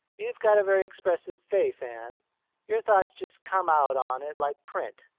you've got a very expressive face, anne your thoughts just come out on it like print.